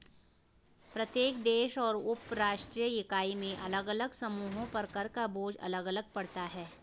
प्रत्येक देश और उपराष्ट्रीय इकाई में अलग अलग समूहों पर कर का बोझ अलग अलग पड़ता है